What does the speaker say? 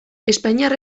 espainiar